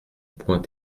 point